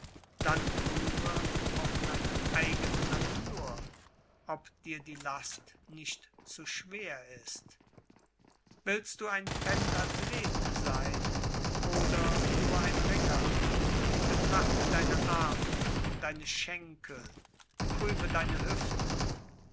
dann prüfe auch deine eigene natur ob dir die last nicht zu schwer ist willst du ein pentathlete sein oder nur ein ringer betrachte deine arme deine schenkel prüfe deine hüften